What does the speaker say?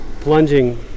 plunging